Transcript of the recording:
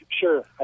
Sure